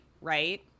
right